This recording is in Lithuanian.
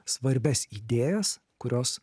svarbias idėjas kurios